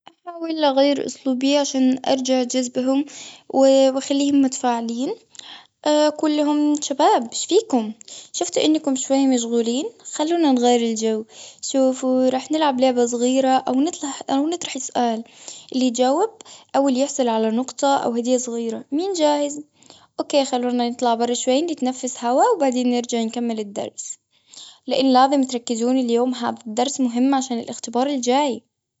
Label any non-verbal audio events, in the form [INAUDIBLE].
أحاول أغير أسلوبي، عشان أرجع جذبهم، و [HESITATION] أخليهم متفاعلين. [HESITATION] أقولهم، شباب ايش فيكم، شفت إنكم شوية مشغولين، خلونا نغير الجو. شوفوا راح نلعب لعبة صغيرة أو نطلح- نطرح سؤال، اللي يجاوب، أو اللي يحصل على نقطة أو هدية صغيرة، مين جاهز. okay خلونا نطلع برا شوي نتنفس هوا وبعدين نرجع نكمل الدرس. لأن لازم تركزون اليوم، هاد الدرس مهم عشان الاختبار الجاي.